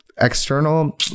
External